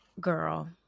Girl